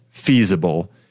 feasible